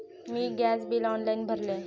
मी gas bill ऑनलाइनच भरले